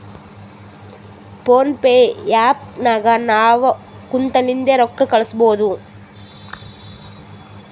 phone pay app ನಾಗ್ ನಾವ್ ಕುಂತಲ್ಲಿಂದೆ ರೊಕ್ಕಾ ಕಳುಸ್ಬೋದು